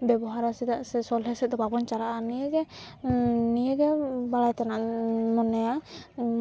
ᱵᱮᱵᱚᱦᱟᱨᱟ ᱪᱮᱫᱟᱜ ᱥᱮ ᱥᱚᱦᱞᱮ ᱥᱮᱜ ᱫᱚ ᱵᱟᱵᱚᱱ ᱪᱟᱞᱟᱜᱼᱟ ᱱᱤᱭᱟᱹᱜᱮ ᱱᱤᱭᱟᱹᱜᱮ ᱵᱟᱲᱟᱭ ᱛᱮᱱᱟᱜ ᱫᱚᱹᱧ ᱢᱚᱱᱮᱭᱟ